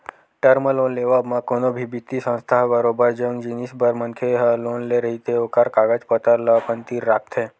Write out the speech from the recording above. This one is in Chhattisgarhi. टर्म लोन लेवब म कोनो भी बित्तीय संस्था ह बरोबर जउन जिनिस बर मनखे ह लोन ले रहिथे ओखर कागज पतर ल अपन तीर राखथे